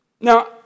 Now